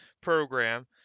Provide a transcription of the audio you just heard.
program